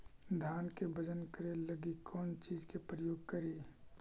धान के बजन करे लगी कौन चिज के प्रयोग करि?